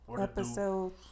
Episode